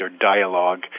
dialogue